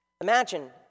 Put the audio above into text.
Imagine